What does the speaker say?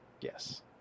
Yes